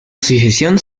asociación